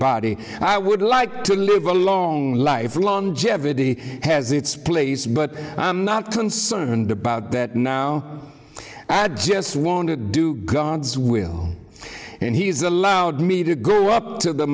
body i would like to live a long life longevity has its place but i'm not concerned about that now add just want to do god's will and he's allowed me to go up to the